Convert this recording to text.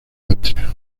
austria